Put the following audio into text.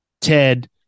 Ted